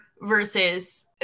versus